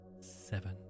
seven